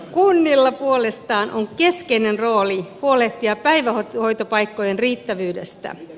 kunnilla puolestaan on keskeinen rooli huolehtia päivähoitopaikkojen riittävyydestä